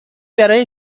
برای